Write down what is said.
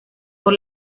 por